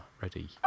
ready